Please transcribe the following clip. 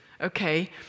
okay